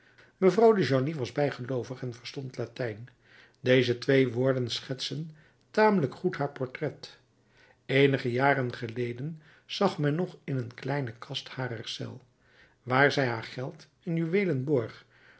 was bijgeloovig en verstond latijn deze twee woorden schetsen tamelijk goed haar portret eenige jaren geleden zag men nog in een kleine kast harer cel waarin zij haar geld en juweelen borg